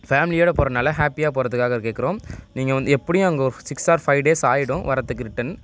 ஃபேமிலியோடு போறதனால ஹாப்பியாக போகிறதுக்காக கேட்குறோம் நீங்கள் எப்படியும் அங்கே ஒரு சிக்ஸ் ஆர் ஃபைவ் டேஸ் ஆகிடும் வர்றதுக்கு ரிட்டன்